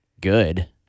good